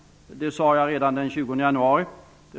Det sade jag redan den 20 januari.